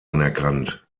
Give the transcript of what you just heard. anerkannt